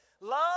love